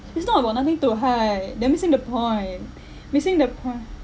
it's not about nothing to hide they're missing the point missing the point